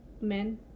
men